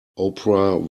oprah